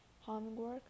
homework